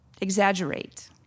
exaggerate